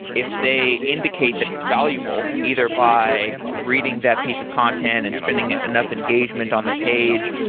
if they indicate that it's valuable either by reading that piece of content and spending enough engagement on the page,